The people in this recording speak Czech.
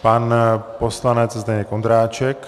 Pan poslanec Zdeněk Ondráček.